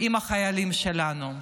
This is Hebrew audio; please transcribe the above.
עם החיילים שלנו.